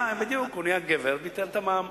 בדיוק, הוא נהיה גבר, ביטל את המע"מ.